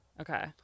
Okay